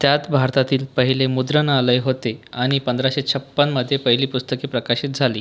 त्यात भारतातील पहिले मुद्रणालय होते आणि पंधराशे छपन्नमध्ये पहिली पुस्तके प्रकाशित झाली